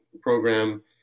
program